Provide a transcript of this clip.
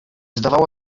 zdawała